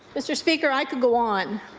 mr. speaker, i could go on.